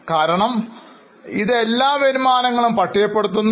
കാരണം ഇത് എല്ലാ വരുമാനങ്ങളും പട്ടികപ്പെടുത്തുന്നു